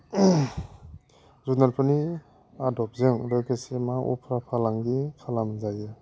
जुनारफोरनि आदबजों लोगोसे मा उफ्रा फालांगि खालामजायो